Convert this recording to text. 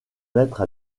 mettre